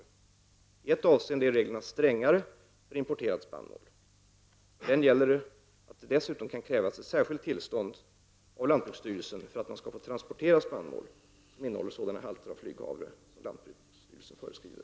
I ett avseende är reglerna strängare för importerad spannmål. För den gäller att det dessutom kan krävas ett särskilt tillstånd av lantbruksstyrelsen för att man skall få transportera spannmål som innehåller sådana halter av flyghavre som lantbruksstyrelsen föreskriver.